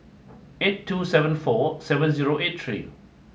eight two seven four seven zero eight three